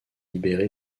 libéré